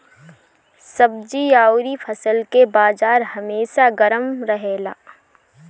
सब्जी अउरी फल के बाजार हमेशा गरम रहेला